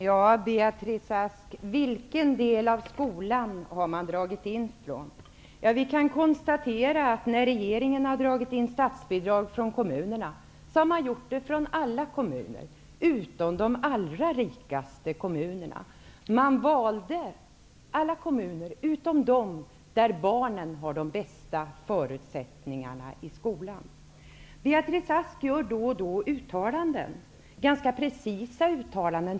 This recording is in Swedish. Herr talman! Vilken del av skolan har man dragit in på, Beatrice Ask? Vi kan konstatera att när regeringen har dragit in statsbidrag från kommunerna, har den gjort det från alla kommuner utom de allra rikaste. Regeringen valde alla kommuner utom de där barnen har de bästa förutsättningarna i skolan. Beatrice Ask gör då och då uttalanden. Det är ganska precisa uttalanden.